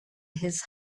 his